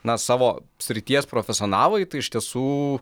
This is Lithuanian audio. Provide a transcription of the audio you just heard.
na savo srities profesionalai tai iš tiesų